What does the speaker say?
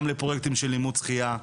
גם לפרוייקטים של לימוד שחייה,